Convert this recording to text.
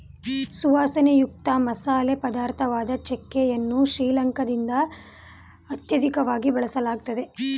ಸುವಾಸನೆಯುಕ್ತ ಮಸಾಲೆ ಪದಾರ್ಥವಾದ ಚಕ್ಕೆ ಯನ್ನು ಶ್ರೀಲಂಕಾದಲ್ಲಿ ಅತ್ಯಧಿಕವಾಗಿ ಬೆಳೆಯಲಾಗ್ತದೆ